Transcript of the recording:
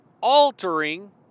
altering